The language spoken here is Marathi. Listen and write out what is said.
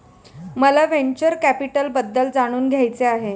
मला व्हेंचर कॅपिटलबद्दल जाणून घ्यायचे आहे